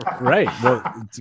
right